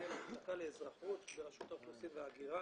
מנהל המחלקה לאזרחות ברשות האוכלוסין וההגירה.